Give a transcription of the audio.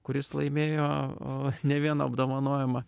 kuris laimėjo a ne vieną apdovanojimą